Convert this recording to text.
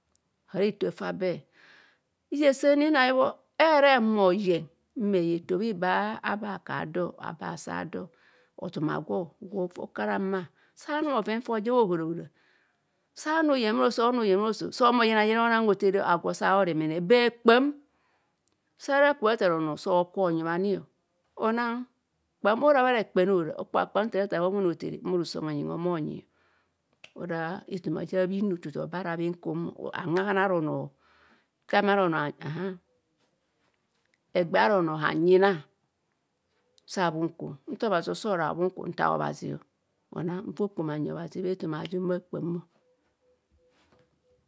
Hara hitto afa be. Iyesene onai bho ehere ehumo yen ma eyen ero bha ibo abe akaodo abe aseodo othuma gwo gwe oku ara ma sa anawg bhoven fa oja bhaora haobhora sa onur yen bha roso so onur yen bharoso saa ahumo yen a yen onang hothere agwo sa a ohemene but kpam sara akubho athaar ọhọọ sa okwo onyi bhaani o onang kpam ora bha rekpene orah okpab akpab nta ara thaar gwagwane hothere na ora usono enyiri homa onyi o bhinkumo hanhahana ara ọnọọ ora ethoma ja bhinnai nu tutu obam o. Ara timr ara onro egbee are onoo hanyina san bhunku nta obhazi oro habhinku nta obh azi onang nva hokpoma nyi obhazi bhaa ethoma aajum bha kpam